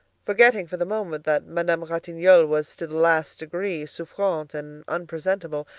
forgetting for the moment that madame ratignolle was to the last degree souffrante and unpresentable,